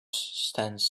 stands